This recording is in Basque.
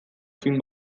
film